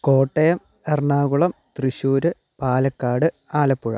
Kottayam Ernakulam Thrissur Palakkad Alappuzha